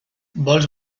vols